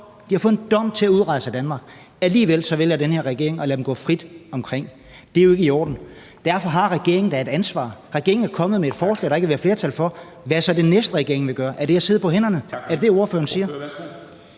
de har fået en dom om at udrejse af Danmark – og alligevel vælger den her regering at lade dem gå frit omkring. Det er jo ikke i orden. Derfor har regeringen da et ansvar. Regeringen er kommet med et forslag, der ikke har været flertal for. Hvad er så det næste, regeringen vil gøre? Er det at sidde på hænderne? Er det det, ordføreren siger?